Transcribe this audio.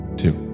two